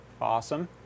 awesome